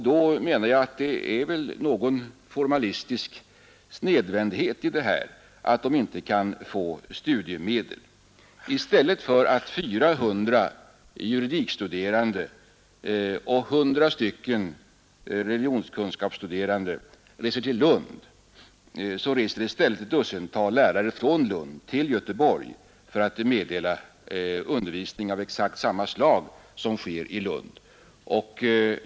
Det är väl någon formalistisk snedvändhet i detta att de inte kan få studiemedel. I stället för att 400 juridikstuderande och 100 religionskunskapsstuderande reser till Lund, så reser ett dussintal lärare från Lund till Göteborg för att meddela undervisning av exakt samma slag som sker i Lund.